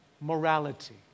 morality